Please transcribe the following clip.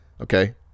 Okay